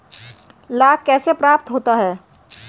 लाख कैसे प्राप्त होता है?